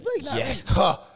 Yes